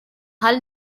hull